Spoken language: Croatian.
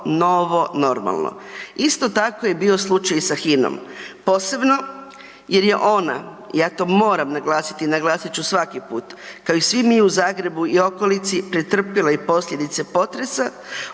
„novo normalno“. Isto tako je bio slučaj i sa Hinom, posebno jer je ona, ja to moram naglasiti i naglasit ću svaki put, kao i svi mi u Zagrebu i okolici pretrpjele i posljedice potresa